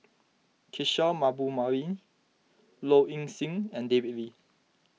Kishore Mahbubani Low Ing Sing and David Lee